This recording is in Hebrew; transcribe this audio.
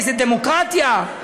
איזו דמוקרטיה?